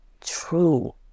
true